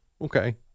Okay